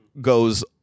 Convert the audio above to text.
goes